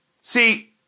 See